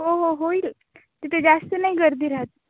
हो हो होईल तिथे जास्त नाही गर्दी राहत